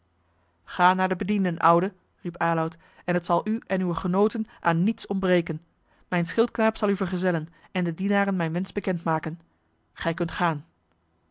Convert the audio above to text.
ga naar de bedienden oude riep aloud en het zal u en uwe genooten aan niets ontbreken mijn schildknaap zal u vergezellen en den dienaren mijn wensch bekend maken gij kunt gaan